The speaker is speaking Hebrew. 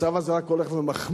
המצב הזה רק הולך ומחמיר.